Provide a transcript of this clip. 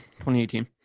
2018